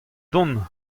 dont